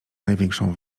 największą